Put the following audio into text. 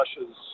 Russia's